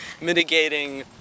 mitigating